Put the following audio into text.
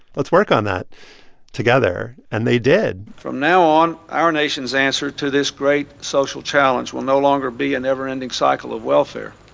let's work on that together. and they did from now on, our nation's answer to this great social challenge will no longer be a never-ending cycle of welfare.